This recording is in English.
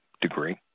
degree